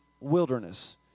wilderness